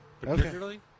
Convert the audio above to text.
Particularly